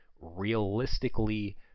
realistically